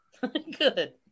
Good